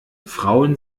frauen